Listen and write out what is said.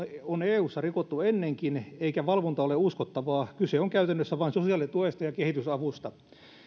on eussa rikottu ennenkin eikä valvonta ole uskottavaa kyse on käytännössä vain sosiaalituesta ja kehitysavusta